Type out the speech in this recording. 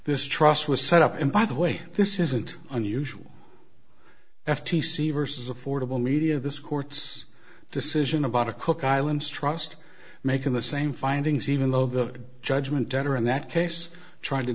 this trust was set up and by the way this isn't unusual f t c versus affordable media this court's decision about a cook islands trust making the same findings even though the judgment debtor in that case tried to